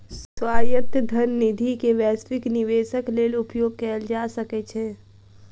स्वायत्त धन निधि के वैश्विक निवेशक लेल उपयोग कयल जा सकै छै